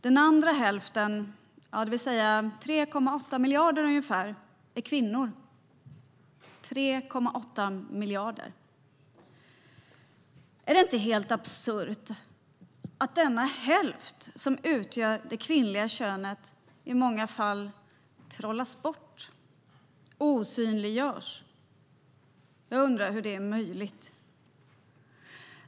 Den andra hälften, det vill säga ungefär 3,8 miljarder, är kvinnor - 3,8 miljarder. Är det inte helt absurt att denna hälft, som utgörs av det kvinnliga könet, i många fall trollas bort och osynliggörs? Hur är det möjligt?